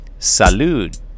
Salud